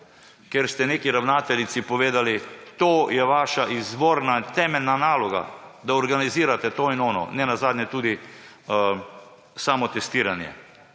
Ker ste neki ravnateljici povedali: »To je vaša izvorna, temeljna naloga, da organizirate to in ono, ne nazadnje tudi samotestiranje.«